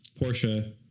Porsche